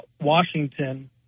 Washington